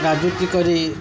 ରାଜୁତି କରି